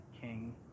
king